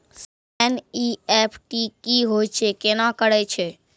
Sir NEFT की होय छै, केना करे छै?